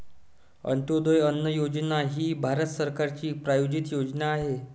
अंत्योदय अन्न योजना ही भारत सरकारची प्रायोजित योजना आहे